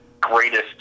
greatest